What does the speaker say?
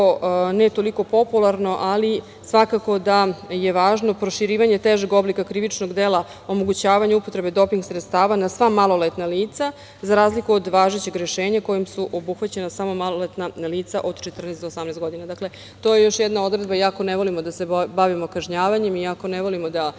ne toliko popularno, ali svakako da je važno proširivanje težeg oblika krivičnog dela omogućavanje upotrebe doping sredstava za sva maloletna lica, a za razliku od važećeg rešenja kojima su obuhvaćena samo maloletna lica od 14 do 18 godina. Dakle, to je još jedna odredba iako ne volimo da se bavimo kažnjavanjem i ako ne volimo da